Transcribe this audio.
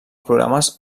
programes